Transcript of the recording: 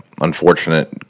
unfortunate